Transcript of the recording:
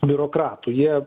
biurokratų jie